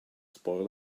spoil